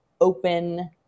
open